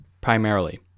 primarily